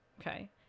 okay